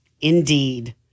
Indeed